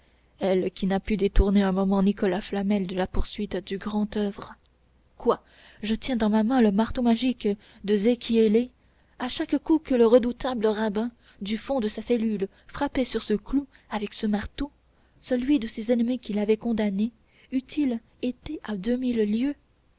elle qui n'a pu détourner un moment nicolas flamel de la poursuite du grand oeuvre quoi je tiens dans ma main le marteau magique de zéchiélé à chaque coup que le redoutable rabbin du fond de sa cellule frappait sur ce clou avec ce marteau celui de ses ennemis qu'il avait condamné eût-il été à